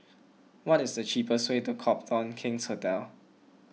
what is the cheapest way to Copthorne King's Hotel